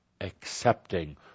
accepting